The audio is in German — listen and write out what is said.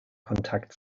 kontakt